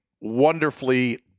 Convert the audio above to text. wonderfully